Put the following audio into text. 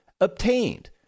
obtained